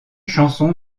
chanson